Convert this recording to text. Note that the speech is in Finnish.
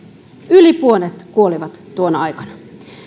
yli puolet kuoli tuona aikana